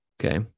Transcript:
Okay